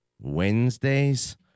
Wednesdays